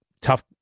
tough